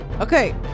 Okay